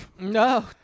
no